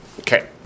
Okay